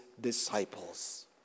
disciples